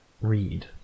read